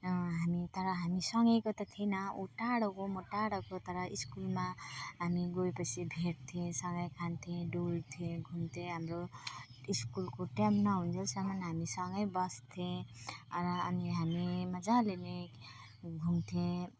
हामी तर हामी सँगैको त थिएन ऊ टाढोको म टाढाको तर स्कुलमा हामी गएपछि भेट्थ्यौँ सँगै खान्थ्यौँ डुल्थ्यौँ घुम्थ्यौँ हाम्रो स्कुलको टाइम नहुन्जेलसम्म हामी सँगै बस्थ्यौँ अर अनि हामी मजाले नै घुम्थ्यौँ